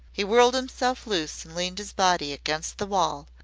he whirled himself loose and leaned his body against the wall,